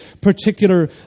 particular